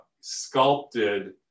sculpted